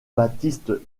baptiste